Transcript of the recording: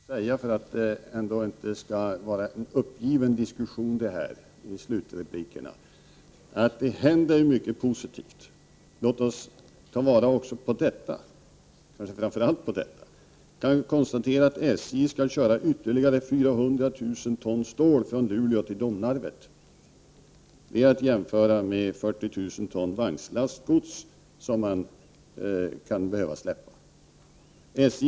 Herr talman! För att denna diskussion inte skall sluta i uppgivenhet vill jag avslutningsvis säga att det händer mycket positivt på detta område. Låt oss framför allt ta vara på detta. Man kan konstatera att SJ skall köra ytterligare 400 000 ton stål från Luleå till Domnarvet — att jämföra med 40 000 ton vagnslast gods som det kan bli fråga om att släppa ifrån sig.